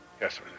Yes